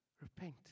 Repent